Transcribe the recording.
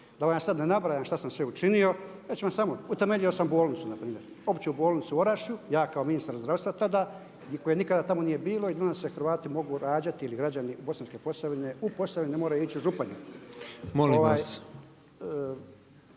Da vam sada ne nabrajam što sam sve učinio, ja ću vam samo, utemeljio sam bolnicu npr. Opću bolnicu u Orašju, ja kao ministar zdravstva tada i koje nikada tamo nije bilo i danas se Hrvati mogu rađati ili građani Bosanske Posavine u Posavini, ne moraju ići u Županju. Naravno,